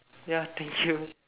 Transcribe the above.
ya thank you